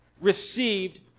received